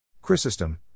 Chrysostom